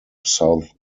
south